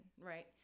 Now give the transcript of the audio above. right